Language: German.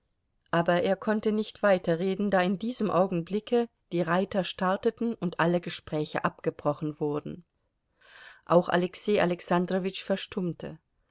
aber er konnte nicht weiterreden da in diesem augenblicke die reiter starteten und alle gespräche abgebrochen wurden auch alexei alexandrowitsch verstummte